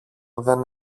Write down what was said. δεν